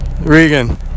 Regan